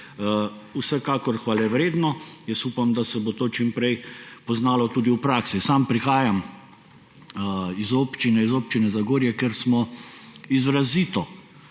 vsekakor hvalevredno. Jaz upam, da se bo to čim prej poznalo tudi v praksi. Sam prihajam iz Občine Zagorje, kjer smo izrazito